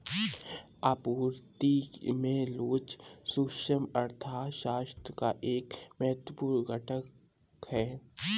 आपूर्ति में लोच सूक्ष्म अर्थशास्त्र का एक महत्वपूर्ण घटक है